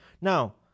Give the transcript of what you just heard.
Now